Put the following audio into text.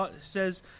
says